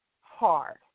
hard